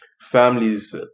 families